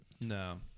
No